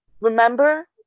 Remember